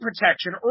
protection